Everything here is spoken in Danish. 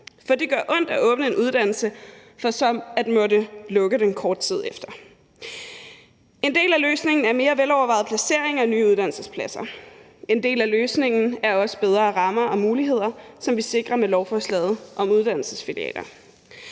For det gør ondt at åbne en uddannelse for så at måtte lukke den kort tid efter. En del af løsningen er mere velovervejede placeringer af nye uddannelsespladser. En del af løsningen er også bedre rammer og muligheder, som vi sikrer med lovforslaget om uddannelsesfilialer